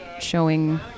showing